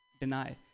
Deny